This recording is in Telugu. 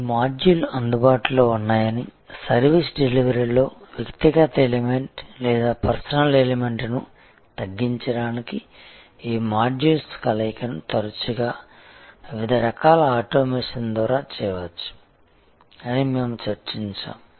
ఈ మాడ్యూల్స్ అందుబాటులో ఉన్నాయని సర్వీసు డెలివరీలో వ్యక్తిగత ఎలిమెంట్ లేదా పర్సనల్ ఎలిమెంట్ను తగ్గించడానికి ఈ మాడ్యూల్స్ కలయికను తరచుగా వివిధ రకాల ఆటోమేషన్ ద్వారా చేయవచ్చు అని మేము చర్చించాము